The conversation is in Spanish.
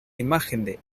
imagen